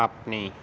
ਆਪਣੀ